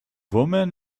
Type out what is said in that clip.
woman